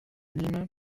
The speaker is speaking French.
nîmes